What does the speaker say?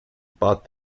bought